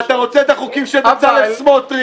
ואתה רוצה את החוקים של בצלאל סמוטריץ',